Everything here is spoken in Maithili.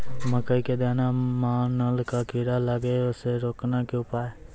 मकई के दाना मां नल का कीड़ा लागे से रोकने के उपाय?